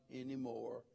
anymore